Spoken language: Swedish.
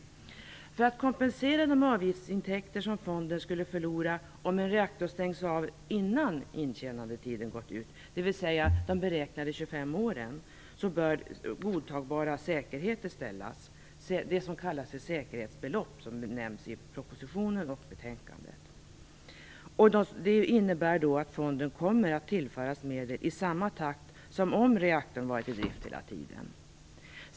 För att kompensera de avgiftsintäkter som fonden skulle förlora om en reaktor stängs av innan intjänandetiden gått ut, dvs. de beräknade 25 åren, bör godtagbara säkerheter ställas. Det nämns i propositionen och i betänkandet och kallas säkerhetsbelopp. Det innebär att fonden kommer att tillföras medel i samma takt som om reaktorn varit i drift hela tiden.